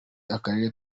akarere